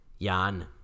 Jan